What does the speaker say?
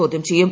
ചോദ്യം ചെയ്യും